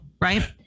right